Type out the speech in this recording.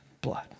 blood